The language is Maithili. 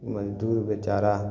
मजदूर बेचारा